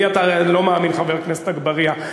לי אתה לא מאמין, חבר הכנסת אגבאריה,